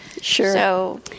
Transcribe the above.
sure